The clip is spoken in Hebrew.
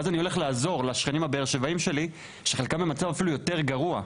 ואז אני הולך לעזור לשכנים הבאר-שבעיים שלי שחלקם אפילו במצב יותר גרוע.